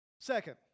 Second